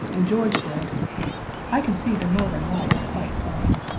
and george said i can see the northern lights quite plain.